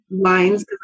lines